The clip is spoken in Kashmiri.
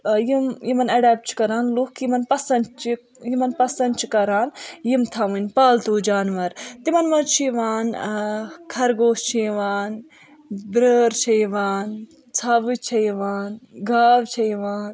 یِم یِمن اَڈیپٹ چھِ کَران لُکھ یِمن پسند چھِ یِمن پسند چھِ کَران یِم تھاونۍ پالتو جانور تِمن منٛز چھِ یوان خرگوش چھِ یوان برٲر چھِ یِوان ژھاوٕجۍ چھِ یِوان گاو چھِ یوان